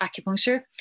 acupuncture